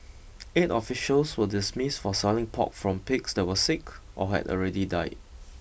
eight officials were dismissed for selling pork from pigs that were sick or had already died